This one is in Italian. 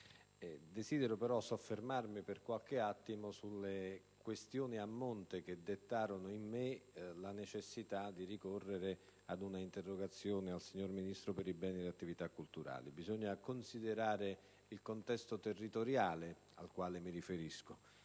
Desidero però soffermarmi per qualche attimo sulle questioni a monte che dettarono in me la necessità di ricorrere ad un'interrogazione rivolta al Ministro per i beni e le attività culturali. Bisogna considerare il contesto territoriale al quale mi riferisco